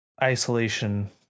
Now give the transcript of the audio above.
Isolation